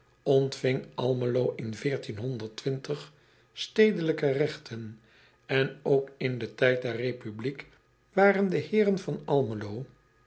ontving lmelo in stedelijke regten en ook in den tijd der epubliek waren de eeren van lmelo